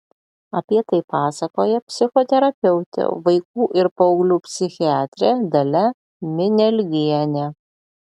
apie tai pasakoja psichoterapeutė vaikų ir paauglių psichiatrė dalia minialgienė